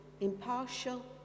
impartial